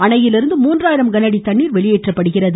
அணையிலிருந்து மூவாயிரம் கனஅடி தண்ணீர் வெளியேற்றப்படுகிறது